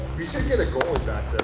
we should get a goalie back